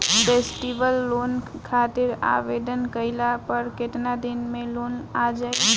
Festival loan खातिर आवेदन कईला पर केतना दिन मे लोन आ जाई?